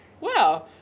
Wow